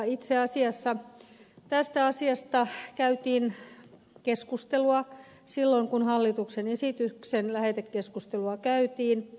itse asiassa tästä asiasta käytiin keskustelua silloin kun hallituksen esityksen lähetekeskustelua käytiin